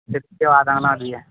پھر اس کے بعد آنا بھی ہے